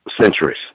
centuries